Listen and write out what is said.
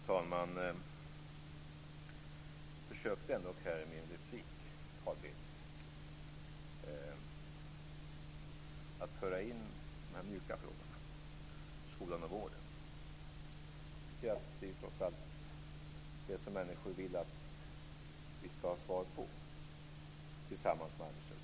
Fru talman! Jag försökte i min replik, Carl Bildt, att föra in de mjuka frågorna, skolan och vården. Jag tycker att det trots allt är detta som människor vill att vi skall ha svar på, tillsammans med arbetslösheten.